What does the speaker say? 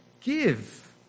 give